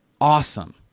awesome